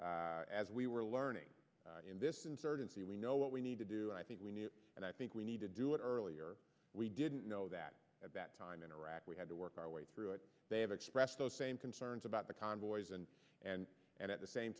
that as we were learning in this insurgency we know what we need to do and i think we need it and i think we need to do it earlier we didn't know that at that time in iraq we had to work our way through it they have expressed those same concerns about the convoys and and and at the same